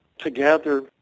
Together